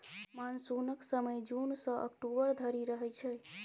मानसुनक समय जुन सँ अक्टूबर धरि रहय छै